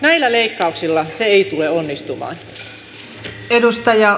näillä leikkauksilla se ei tule onnistumaan